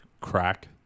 crack